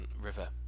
river